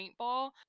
paintball